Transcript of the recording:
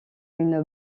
une